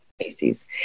species